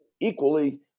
equally